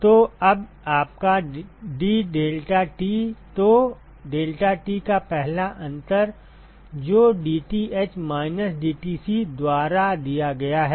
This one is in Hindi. तो अब आपका ddeltaT तो डेल्टाT का पहला अंतर जो dTh माइनस dTc द्वारा दिया गया है